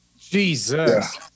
Jesus